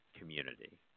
community